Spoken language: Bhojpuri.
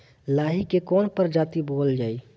लाही की कवन प्रजाति बोअल जाई?